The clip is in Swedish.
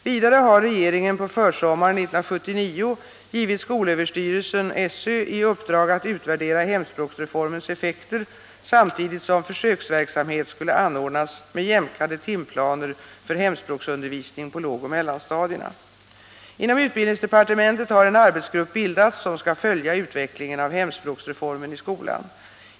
Vidare har regeringen på försommaren 1979 givit skolöverstyrelsen i uppdrag att utvärdera hemspråksreformens effekter, samtidigt som försöksverksamhet skulle anordnas med jämkade timplaner för hemspråksundervisning på lågoch mellanstadierna. Inom utbildningsdepartementet har en arbetsgrupp bildats som skall följa utvecklingen av hemspråksreformen i skolan.